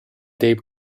dei